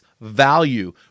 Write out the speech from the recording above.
value